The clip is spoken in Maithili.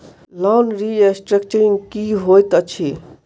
लोन रीस्ट्रक्चरिंग की होइत अछि?